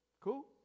Cool